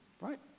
right